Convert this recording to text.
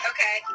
Okay